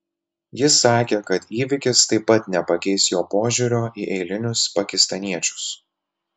jis sakė kad įvykis taip pat nepakeis jo požiūrio į eilinius pakistaniečius